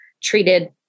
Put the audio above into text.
treated